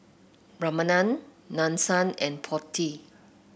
Ramanand Nadesan and Potti